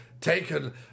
Taken